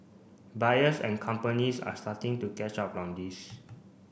buyers and companies are starting to catch up on this